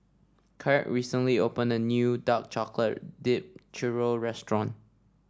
Kraig recently opened a new Dark Chocolate Dipped Churro restaurant